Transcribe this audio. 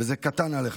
וזה קטן עליך,